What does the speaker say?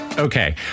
Okay